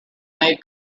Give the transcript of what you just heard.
made